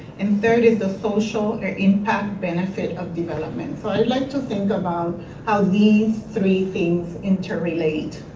and third is the social or impact benefit of development. so i'd like to think about how these three things interrelate.